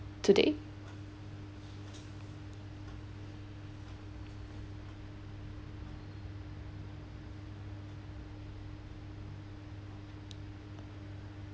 today